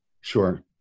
sure